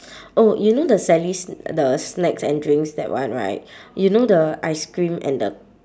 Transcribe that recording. oh you know the sally s~ the snacks and drinks that one right you know the ice cream and the